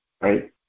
right